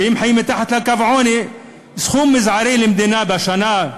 והם חיים מתחת לקו העוני, סכום מזערי למדינה בשנה.